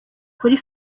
kuri